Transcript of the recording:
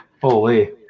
Holy